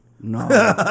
No